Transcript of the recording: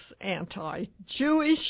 anti-Jewish